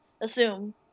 assume